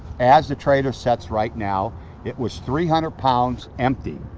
as the trailer sets right now it was three hundred pounds empty.